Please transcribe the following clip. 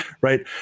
right